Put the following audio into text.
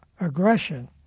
aggression